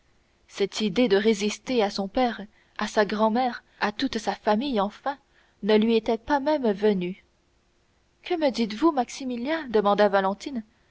cette idée de résister à son père à sa grand-mère à toute sa famille enfin ne lui était pas même venue que me dites-vous maximilien demanda valentine